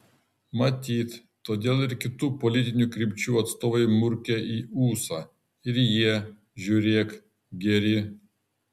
matyt todėl ir kitų politinių krypčių atstovai murkia į ūsą ir jie žiūrėk geri